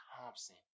Thompson